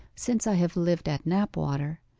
since i have lived at knapwater.